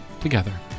together